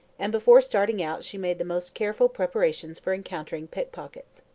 and before starting out she made the most careful preparations for encountering pickpockets.